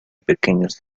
pequeños